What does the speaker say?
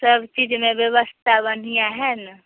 सबचीजमे बेबस्था बढ़िआँ हइ ने